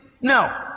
No